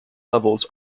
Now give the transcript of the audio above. levels